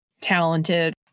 talented